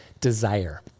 desire